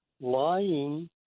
lying